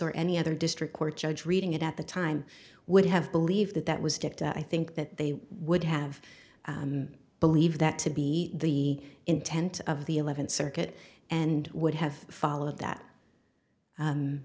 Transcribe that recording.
or any other district court judge reading it at the time would have believed that that was dicked i think that they would have believed that to be the intent of the eleventh circuit and would have followed that